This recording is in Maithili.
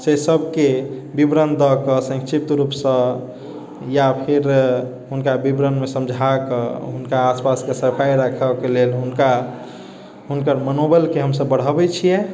से सभके विवरण दऽकऽ सङ्क्षिप्त रुपसँ या फिर हुनका विवरणमे समझाके हुनका आस पासके सफाइ राखएके लेल हुनका हुनकर मनोबलके हम सभ बढ़ाबैत छिऐ